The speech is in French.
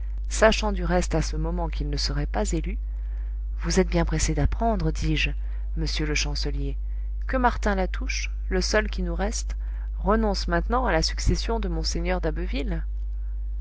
sachant du reste à ce moment qu'il ne serait pas élu vous êtes bien pressé d'apprendre dis-je monsieur le chancelier que martin latouche le seul qui nous reste renonce maintenant à la succession de mgr d'abbeville